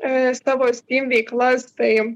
e savo stim veiklas tai